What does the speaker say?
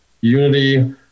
unity